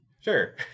Sure